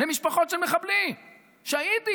למשפחות של מחבלים שהידים?